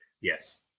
Yes